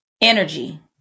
Energy